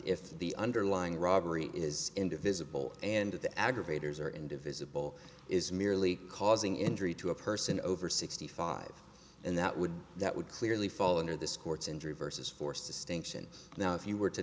if the underlying robbery is into visible and the aggravators or in divisible is merely causing injury to a person over sixty five and that would that would clearly fall under this court's injury versus force distinction now if you were to